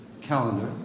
calendar